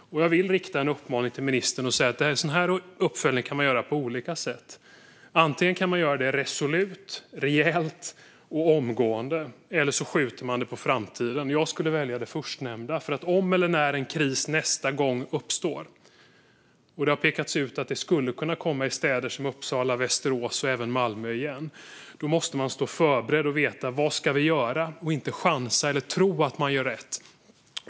Jag vill rikta en uppmaning till ministern och säga att man kan göra en sådan uppföljning på olika sätt. Antingen kan man göra den resolut, rejält och omgående, eller så skjuter man den på framtiden. Jag skulle välja det förstnämnda, för om eller när en kris uppstår nästa gång - det har pekats ut att det skulle kunna ske i städer som Uppsala och Västerås och även Malmö igen - måste man stå förberedd och veta vad man ska göra, inte chansa eller tro att man gör rätt.